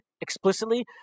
explicitly